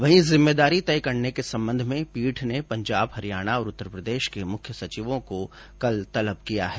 वहीं जिम्मेदारी तय करने के संबंध में पीठ ने पंजाब हरियाणा और उत्तर प्रदेश के मुख्य सचिवों को कल तलब किया है